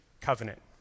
covenant